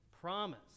promise